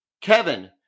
Kevin